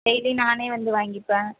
daily நானே வந்து வாங்கிப்பேன்